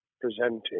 presenting